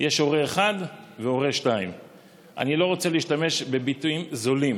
יש הורה 1 והורה 2. אני לא רוצה להשתמש בביטויים זולים,